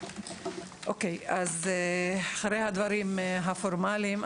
לאחר הדברים הפורמליים,